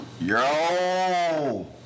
Yo